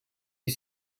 ils